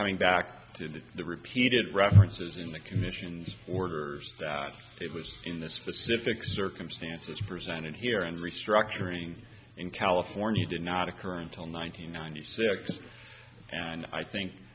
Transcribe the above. coming back to the repeated references in the commission's orders that it was in this specific circumstances presented here and restructuring in california did not occur until nine hundred ninety six and i think